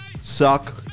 suck